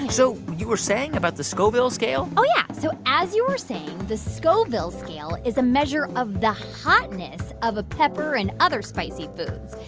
and so you were saying about the scoville scale. oh, yeah. so as you were saying, the scoville scale is a measure of the hotness of a pepper and other spicy foods,